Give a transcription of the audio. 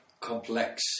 complex